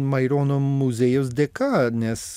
maironio muziejaus dėka nes